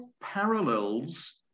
parallels